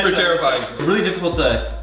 terrifies. really difficult to.